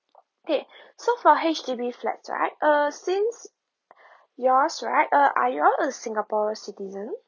okay so for H_D_B flats right uh since yours right uh are you all a singapore citizens